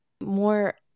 more